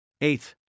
Eighth